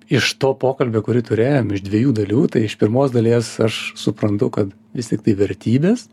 iš to pokalbio kurį turėjom iš dviejų dalių tai iš pirmos dalies aš suprantu kad vis tiktai vertybės